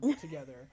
together